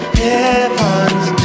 heavens